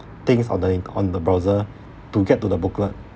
things on the int~ on the browser to get to the booklet